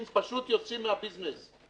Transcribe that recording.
אנשים פשוט יוצאים לביזנס.